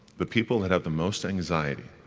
the people that have the most anxiety,